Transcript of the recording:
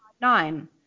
nine